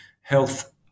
health